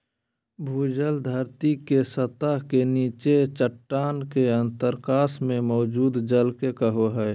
भूजल धरती के सतह के नीचे चट्टान के अंतरकाश में मौजूद जल के कहो हइ